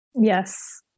Yes